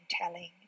telling